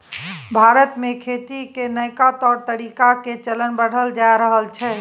भारत में खेती के नइका तौर तरीका के चलन बढ़ल जा रहल छइ